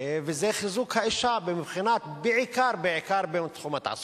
וזה חיזוק האשה בעיקר מבחינת תחום התעסוקה.